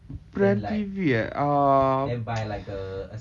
brand T_V eh uh